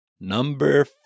number